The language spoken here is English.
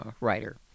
writer